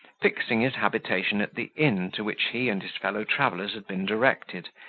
fixing his habitation at the inn to which he and his fellow-travellers had been directed,